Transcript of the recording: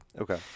Okay